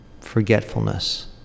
forgetfulness